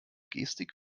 gestik